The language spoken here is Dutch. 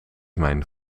mijn